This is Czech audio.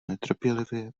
netrpělivě